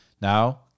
Now